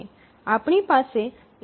આપણી પાસે aperiodic tasks હોય શકે છે